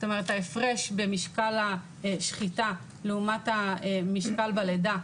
ההפרש במשקל השחיטה לעומת המשקל בלידה.